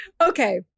Okay